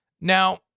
Now